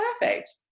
perfect